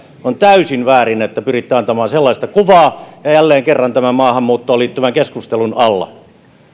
on täysin väärin että pyritte antamaan sellaista kuvaa ja jälleen kerran tämän maahanmuuttoon liittyvän keskustelun alla